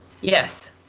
Yes